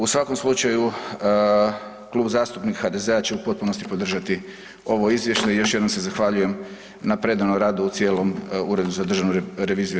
U svakom slučaju Klub zastupnika HDZ-a će u potpunosti podržati ovo izvješće i još jednom se zahvaljujem na predanom radu u cijelom Uredu za Državnu reviziju RH.